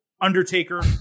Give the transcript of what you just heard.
Undertaker